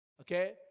Okay